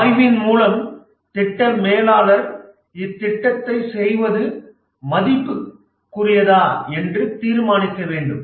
ஆய்வின் மூலம் திட்ட மேலாளர் இத்திட்டத்தை செய்வது மதிப்புக்குரியதா என்று தீர்மானிக்க வேண்டும்